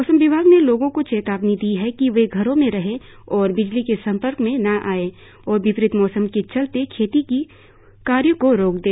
मौसम विभाग ने लोगों को चेतावनी दी है कि वे घरों में रहें और बिजली के संपर्क में न आएं और विपरीत मौसम के चलते खेती के कार्यो को रोक दें